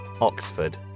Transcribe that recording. Oxford